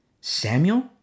Samuel